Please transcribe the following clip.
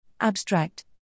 Abstract